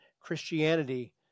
Christianity